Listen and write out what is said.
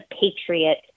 Patriot